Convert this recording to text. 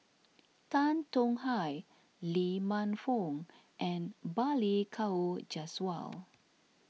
Tan Tong Hye Lee Man Fong and Balli Kaur Jaswal